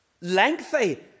lengthy